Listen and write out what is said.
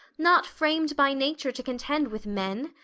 not framed by nature to contend with men.